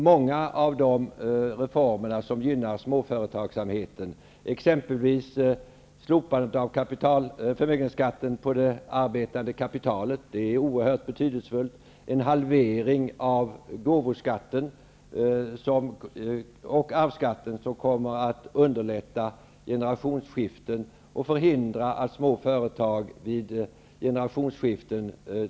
Många av de reformerna gynnar småföretagsamheten, exempelvis slopandet av förmögenhetsskatten på det arbetande kapitalet -- det är oerhört betydelsefullt -- och en halvering av gåvo och arvsskatten, vilket kommer att underlätta generationsskiften och förhindra att småföretag tvingas sälja vid generationsskiften.